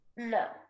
No